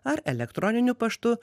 ar elektroniniu paštu